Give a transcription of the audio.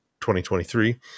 2023